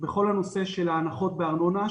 בכל הנושא של ההנחות בארנונה.